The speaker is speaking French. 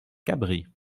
cabris